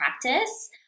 practice